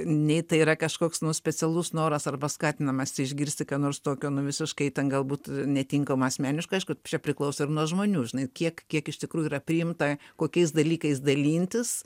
nei tai yra kažkoks nu specialus noras arba skatinamas išgirsti ką nors tokio nu visiškai ten galbūt netinkamo asmeniškai aišku čia priklauso ir nuo žmonių žinai kiek kiek iš tikrųjų yra priimta kokiais dalykais dalintis